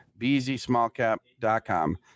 bzsmallcap.com